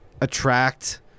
attract